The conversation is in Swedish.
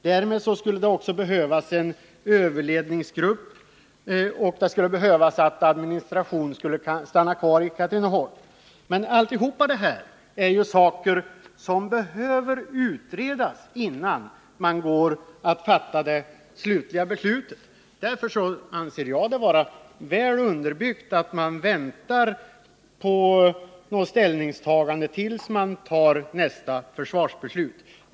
Därmed skulle det behövas en överledningsgrupp, och administrationen skulle behöva finnas kvar i Katrineholm. Allt detta är frågor som behöver utredas innan man går att fatta det slutliga beslutet. Därför anser jag det vara väl underbyggt att vänta med ställningstagandet till nästa försvarsbeslut.